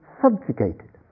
subjugated